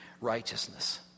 righteousness